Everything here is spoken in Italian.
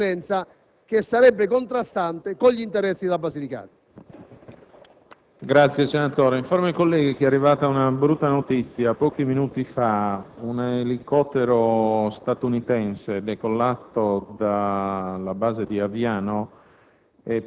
c'è un diritto al ristoro per i cittadini di quella terra. Questo è il tema che pone l'emendamento, è un tema che si pone come fondamento normativo e che poi avrà seguito amministrativo nell'attuazione della stessa norma. Credo